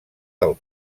del